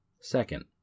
Second